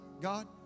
God